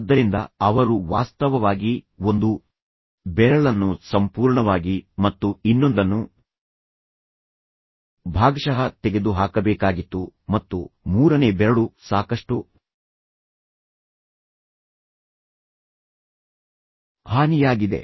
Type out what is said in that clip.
ಆದ್ದರಿಂದ ಅವರು ವಾಸ್ತವವಾಗಿ ಒಂದು ಬೆರಳನ್ನು ಸಂಪೂರ್ಣವಾಗಿ ಮತ್ತು ಇನ್ನೊಂದನ್ನು ಭಾಗಶಃ ತೆಗೆದುಹಾಕಬೇಕಾಗಿತ್ತು ಮತ್ತು ಮೂರನೇ ಬೆರಳು ಸಾಕಷ್ಟು ಹಾನಿಯಾಗಿದೆ